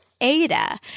Ada